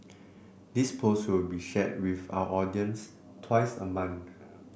this post will be shared with our audience twice a month